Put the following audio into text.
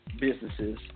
businesses